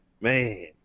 Man